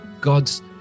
God's